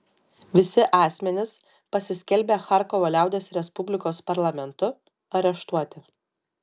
visi asmenys pasiskelbę charkovo liaudies respublikos parlamentu areštuoti